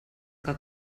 que